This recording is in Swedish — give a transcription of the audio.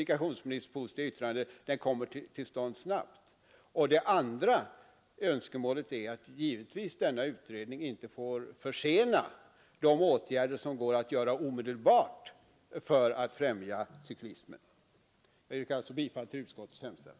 Mitt andra önskemål är att denna utredning Åtgärder för att skapa bättre förut skapa bättre förutsättningar för cykeltrafiken givetvis inte får försena de åtgärder som det går att vidta omedelbart för att främja cyklismen. Herr talman! Jag yrkar bifall till utskottets hemställan.